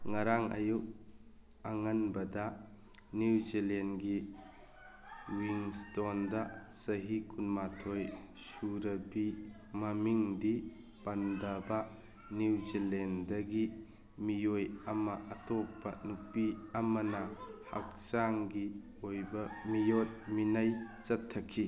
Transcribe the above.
ꯉꯔꯥꯡ ꯑꯌꯨꯛ ꯑꯉꯟꯕꯗ ꯅ꯭ꯌꯨ ꯖꯂꯦꯟꯒꯤ ꯋꯤꯡꯁꯇꯣꯟꯗ ꯆꯍꯤ ꯀꯨꯟꯃꯥꯊꯣꯏ ꯁꯨꯔꯕꯤ ꯃꯃꯤꯡꯗꯤ ꯄꯟꯗꯕ ꯅ꯭ꯌꯨ ꯖꯂꯦꯟꯗꯒꯤ ꯃꯤꯑꯣꯏ ꯑꯃ ꯑꯇꯣꯞꯄ ꯅꯨꯄꯤ ꯑꯃꯅ ꯍꯛꯆꯥꯡꯒꯤ ꯑꯣꯏꯕ ꯃꯤꯑꯣꯠ ꯃꯤꯅꯩ ꯆꯠꯊꯈꯤ